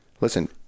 listen